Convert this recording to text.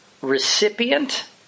recipient